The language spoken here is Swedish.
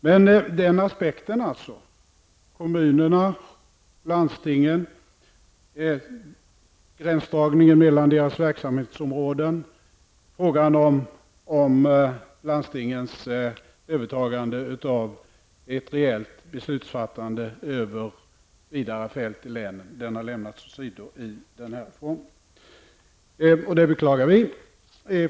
Men denna aspekt -- dvs. gränsdragningen mellan kommunernas och landstingens verksamhetsområden och frågan om landstingens övertagande av ett rejält beslutsfattande över vidare fält i länen -- har alltså lämnats åsido.